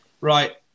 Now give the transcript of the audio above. Right